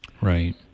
right